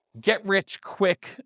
get-rich-quick